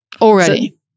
already